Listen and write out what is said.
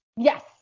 Yes